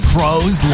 Pros